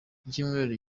icyumweru